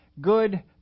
good